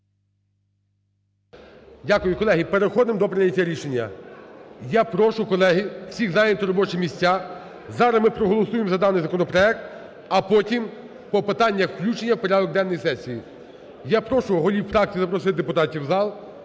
Дякую. Колеги, переходимо до прийняття рішення. Я прошу, колеги, всіх зайняти робочі місця. Зараз ми проголосуємо за даний законопроект, а потім по питаннях включення в порядок денний сесії. Я прошу голів фракцій запросити депутатів в зал,